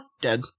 dead